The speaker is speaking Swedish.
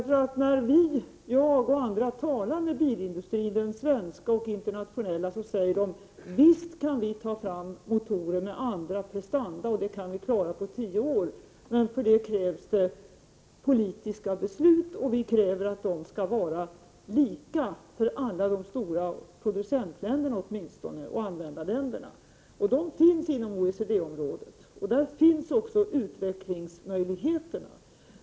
För när jag och andra talar med bilindustrin, den svenska och den internationella, säger de: Visst kan vi ta fram motorer med andra prestanda, det kan vi klara på tio år, men för det krävs politiska beslut, och vi kräver att de besluten skall vara lika åtminstone för alla de stora producentoch användarländerna. De finns inom OECD området. Där finns också utvecklingsmöjligheterna.